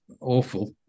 awful